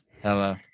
Hello